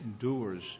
endures